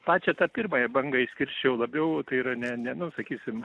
pačią tą pirmąją bangą išskirsčiau labiau tai yra ne ne nu sakysim